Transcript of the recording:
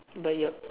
but yup